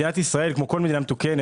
מדינת ישראל כמו כל מדינה מתוקנת,